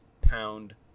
pound